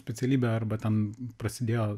specialybę arba ten prasidėjo